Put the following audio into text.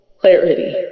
clarity